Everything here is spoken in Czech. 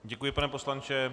Děkuji, pane poslanče.